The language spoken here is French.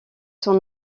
son